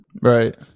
Right